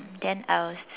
then I will